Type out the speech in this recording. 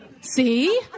See